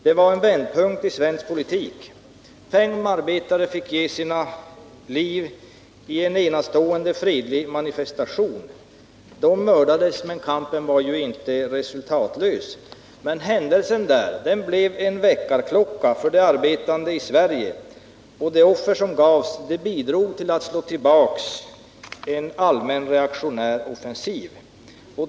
De utgjorde en vändpunkt i svensk politik. Fem arbetare fick ge sina liv i en enastående fredlig manifestation. De mördades, men kampen var inte resultatlös. Händelserna i Ådalen blev en väckarklocka för de arbetande i Sverige. De offer som gavs bidrog till att slå tillbaka en allmän reaktionär offensiv.